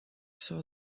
saw